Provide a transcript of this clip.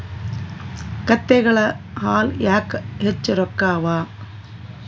ಕತ್ತೆಗಳ ಹಾಲ ಯಾಕ ಹೆಚ್ಚ ರೊಕ್ಕ ಅವಾ?